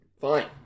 Fine